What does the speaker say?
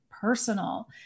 personal